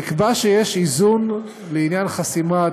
נקבע שיש איזון לעניין חסימת